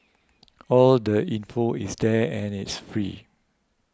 all the info is there and it's free